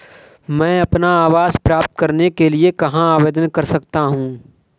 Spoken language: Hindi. मैं अपना आवास प्राप्त करने के लिए कहाँ आवेदन कर सकता हूँ?